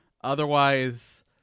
Otherwise